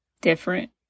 different